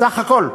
בסך הכול.